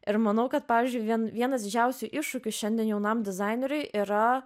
ir manau kad pavyzdžiui vien vienas didžiausių iššūkių šiandien jaunam dizaineriui yra